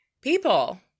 people